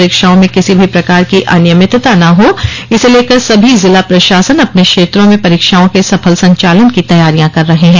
परीक्षाओं में किसी भी प्रकार की अनियमितता न हो इसे लेकर सभी जिला प्रशासन अपने क्षेत्रों में परीक्षाओं के सफल संचालन की तैयारियां कर रहे हैं